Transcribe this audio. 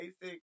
basic